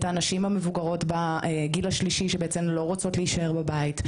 הנשים המבוגרות בגיל השלישי שלא רוצות להישאר בבית,